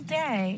day